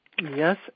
Yes